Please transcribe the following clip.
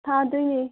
ꯊꯥꯗꯣꯏꯅꯦ